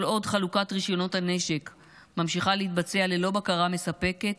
כל עוד חלוקת רישיונות הנשק ממשיכה להתבצע ללא בקרה מספקת